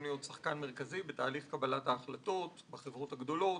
להיות שחקן מרכזי בתהליך קבלת ההחלטות בחברות הגדולות,